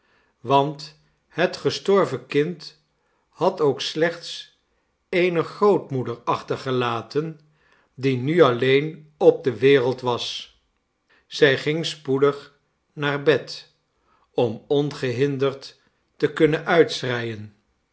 want het gestorven kind had ook slechts eene grootmoeder achtergelaten die nu alleen op de wereld was zij ging spoedig naar bed om ongehinderd te kunnen uitschreien